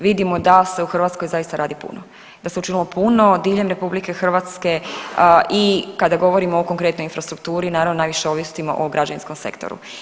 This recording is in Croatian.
Vidimo da se u Hrvatskoj radi zaista puno da se učinilo puno diljem RH i kada govorimo o konkretnoj infrastrukturi naravno najviše ovisimo o građevinskom sektoru.